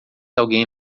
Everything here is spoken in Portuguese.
alguém